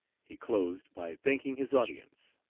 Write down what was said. he closed by thanking his audience.